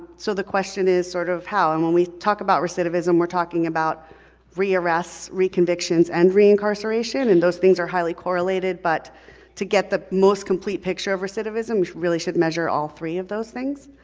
so the question is sort of, how? and when we talk about recidivism, we're talking about rearrests, re-convictions and re-incarceration, and those things are highly correlated, but to get the most complete picture of recidivism, we really should measure all three of those things,